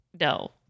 No